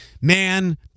Man